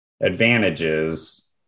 advantages